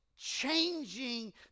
changing